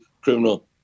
criminal